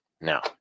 now